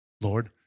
Lord